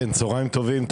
צוהריים טובים,